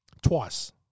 Twice